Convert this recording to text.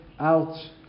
out